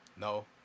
No